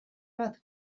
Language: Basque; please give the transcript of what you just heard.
bat